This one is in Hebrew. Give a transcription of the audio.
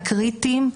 הקריטיים,